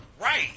Right